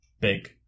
Big